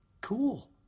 Cool